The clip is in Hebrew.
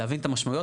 להבין את המשמעויות.